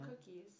cookies